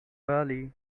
bali